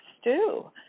stew